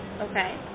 Okay